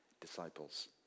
disciples